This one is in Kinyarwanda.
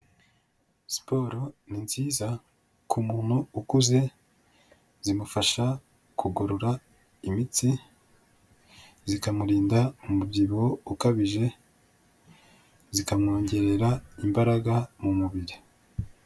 Siporo ni nziza ku muntu ukuze zimufasha kugorora imitsi, zikamurinda umubyibuho ukabije, zikamwongerera imbaraga mu mubiri.